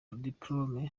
diplôme